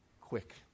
quick